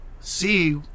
see